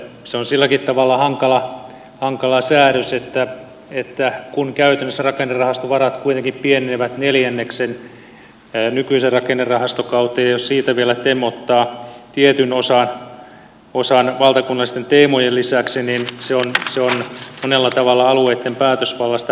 se on silläkin tavalla hankala säädös että kun käytännössä rakennerahaston varat kuitenkin pienenevät neljänneksen nykyiseen rakennerahastokauteen verrattuna ja jos siitä vielä tem ottaa tietyn osan valtakunnallisten teemojen lisäksi niin se on monella tavalla alueitten päätösvallasta pois